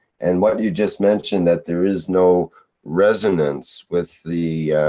and what you just mentioned, that there is no resonance with the.